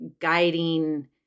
guiding